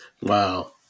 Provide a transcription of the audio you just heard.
Wow